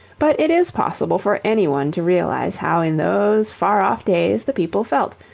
but it is possible for any one to realize how in those far-off days the people felt,